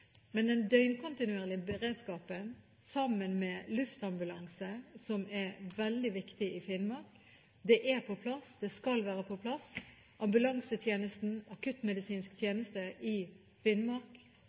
Men den døgnkontinuerlige beredskapen, sammen med luftambulanse, som er veldig viktig i Finnmark, er på plass og skal være på plass. Ambulansetjenesten, akuttmedisinsk